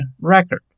record